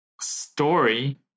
story